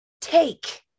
Take